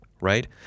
right